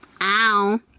Ow